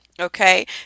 Okay